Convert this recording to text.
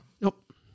Nope